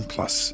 Plus